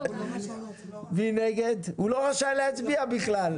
הוא לא רשאי להצביע בכלל.